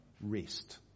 rest